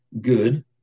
good